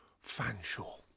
Fanshawe